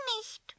nicht